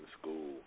school